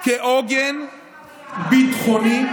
עוגן ביטחוני,